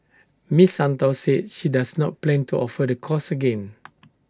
miss Santos said she does not plan to offer the course again